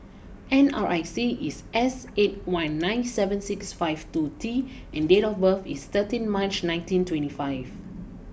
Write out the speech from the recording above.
N R I C is S eight one nine seven six five two T and date of birth is thirteen March nineteen twenty five